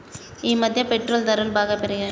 ఈమధ్య పెట్రోల్ ధరలు బాగా పెరిగాయి